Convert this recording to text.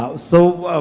ah so,